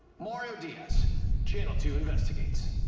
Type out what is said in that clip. mario diaz channel two investigates.